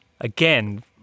Again